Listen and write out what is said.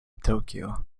tokyo